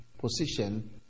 position